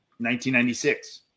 1996